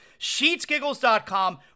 SheetsGiggles.com